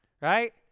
Right